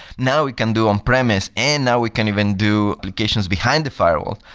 now we can do on-premise and now we can even do applications behind the firewall.